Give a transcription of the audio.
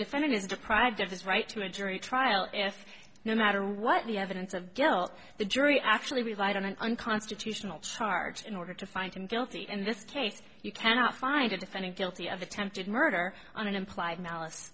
is deprived of his right to a jury trial and no matter what the evidence of guilt the jury actually relied on an unconstitutional charge in order to find him guilty in this case you cannot find a defendant guilty of attempted murder on an implied malice